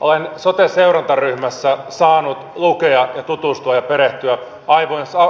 olen sote seurantaryhmässä saanut lukea ja tutustua ja perehtyä